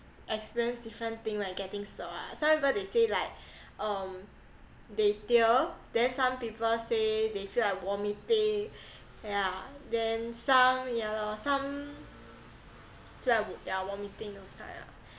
experience different thing when getting swabbed ah some people they say like um they tear then some people say they feel like vomiting yeah then some ya lor some feel like yeah vomiting those kind ah